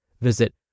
Visit